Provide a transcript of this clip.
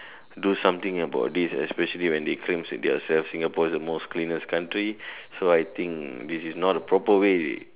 do something about this especially when they claim themselves as Singapore is the cleanest country this is not the proper way